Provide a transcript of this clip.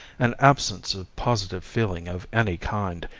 an absence of positive feeling of any kind,